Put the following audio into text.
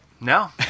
No